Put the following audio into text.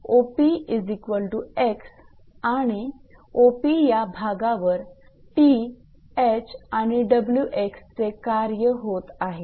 म्हणूनच 𝑂𝑃𝑥 आणि 𝑂𝑃 या भागावर 𝑇 𝐻 आणि 𝑊𝑥 चे कार्य होत आहे